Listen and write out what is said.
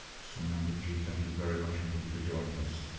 sunandaji, thank you very much indeed for joining us.